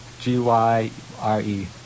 G-Y-R-E